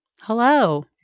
Hello